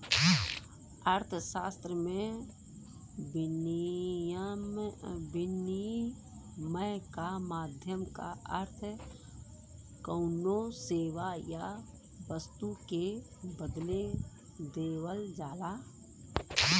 अर्थशास्त्र में, विनिमय क माध्यम क अर्थ कउनो सेवा या वस्तु के बदले देवल जाला